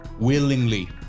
Willingly